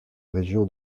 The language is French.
région